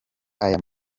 aya